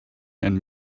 and